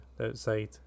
outside